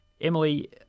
Emily